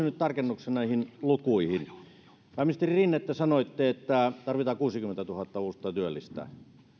nyt tarkennuksen näihin lukuihin pääministeri rinne te sanoitte että tarvitaan kuusikymmentätuhatta uutta työllistä